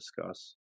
discuss